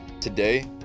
Today